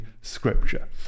scripture